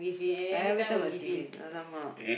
everytime must give in !alamak!